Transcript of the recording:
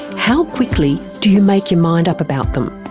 how quickly do you make your mind up about them,